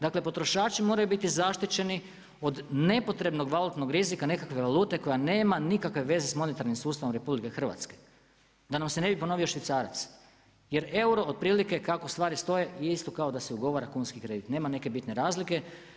Dakle potrošači moraju biti zaštićeni od nepotrebnog valutnog rizika nekakve valute koja nema nikakve veze s monetarnim sustavom RH, da nam se ne bi ponovio švicarac jer euro otprilike kako stvari stoje je isto kao da se ugovara kunski kredit, nema neke bitne razlike.